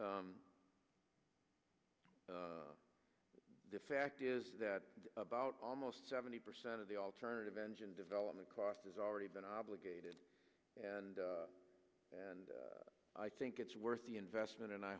s the fact is that about almost seventy percent of the alternative engine development cost has already been obligated and and i think it's worth the investment and i